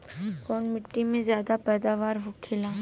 कवने मिट्टी में ज्यादा पैदावार होखेला?